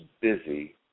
busy